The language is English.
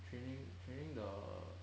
training training the